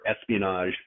espionage